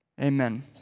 Amen